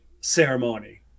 ceremony